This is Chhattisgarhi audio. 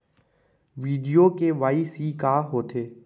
वीडियो के.वाई.सी का होथे